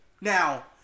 now